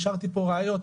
השארתי פה ראיות,